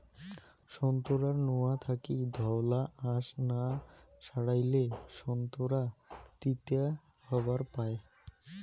সোন্তোরার নোয়া থাকি ধওলা আশ না সারাইলে সোন্তোরা তিতা হবার পায়